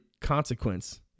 consequence